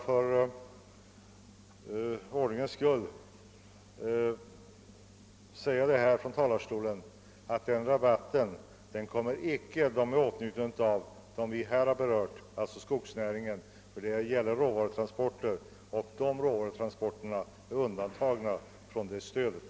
För ordningens skull vill jag bara säga att skogsnäringen, som vi här berört, icke kommer i åtnjutande av den rabatten, eftersom skogsbrukets råvarutransporter är undantagna från det stödet.